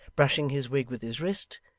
brushing his wig with his wrist,